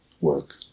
work